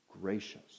gracious